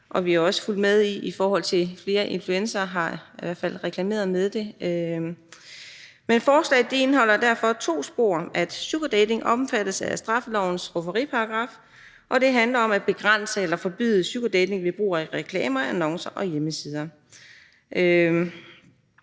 og vi har også fulgt med i det, i forhold til at flere influencere har reklameret med det. Forslaget indeholder derfor to spor, nemlig at sugardating omfattes af straffelovens rufferiparagraf, og at begrænse eller forbyde sugardating ved brug af reklamer, annoncer og hjemmesider.